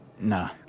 Nah